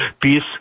peace